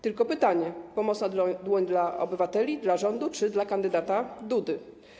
Tylko pytanie: Pomocna dłoń dla obywateli, dla rządu czy dla kandydata Dudy?